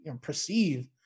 perceive